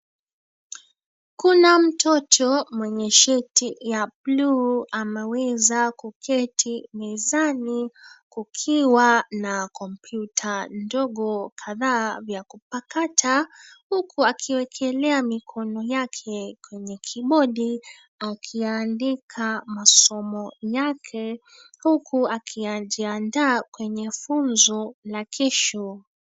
Kuna mtoto mwenye shati ya bluu, ameweza kuketi mezani kukiwa na kompyuta ndogo kadhaa, vya kupakata. Huku, akiwekelea mikono yake kwenye kibodi, akiandika masomo yake, huku akiajiandaa kwenye funzo la kesho.